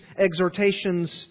exhortations